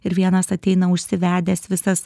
ir vienas ateina užsivedęs visas